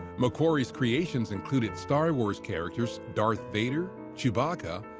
mcquarrie's creations included star wars characters darth vader, chewbacca,